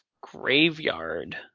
graveyard